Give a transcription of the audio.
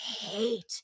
hate